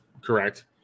Correct